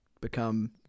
become